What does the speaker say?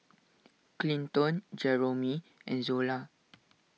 Clinton Jeromy and Zola